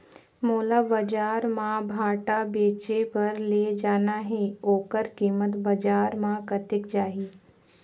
मोला बजार मां भांटा बेचे बार ले जाना हे ओकर कीमत बजार मां कतेक जाही?